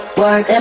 work